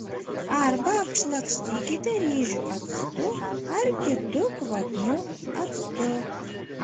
arba apšlakstykite ryžių actu ar kitu kvapniu actu